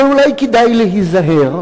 אבל אולי כדאי להיזהר,